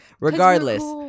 Regardless